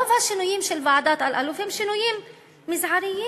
רוב השינויים של ועדת אלאלוף הם שינויים מזעריים.